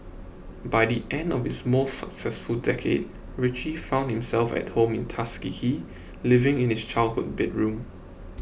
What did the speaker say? by the end of his most successful decade Richie found himself at home in Tuskegee living in his childhood bedroom